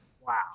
wow